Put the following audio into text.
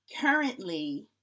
currently